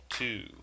two